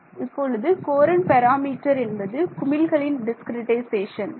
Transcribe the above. மாணவர் இப்போது current parameter என்பது குமிழ்களின் டிஸ்கிரிட்டைசேஷன்